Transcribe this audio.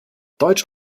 deutsch